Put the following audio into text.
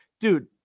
dude